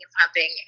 pumping